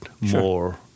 more